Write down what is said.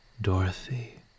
Dorothy